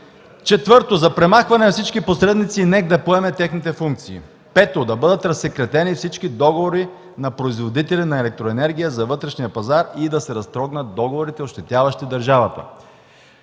прах. „4. За премахване на всички посредници и НЕК да поеме техните функции. 5. Да бъдат разсекретени всички договори на производители на електроенергия за вътрешния пазар и да се разтрогнат договорите, ощетяващи държавата.